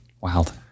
wild